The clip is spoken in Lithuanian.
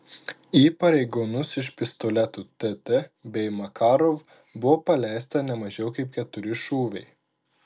į pareigūnus iš pistoletų tt bei makarov buvo paleista ne mažiau kaip keturi šūviai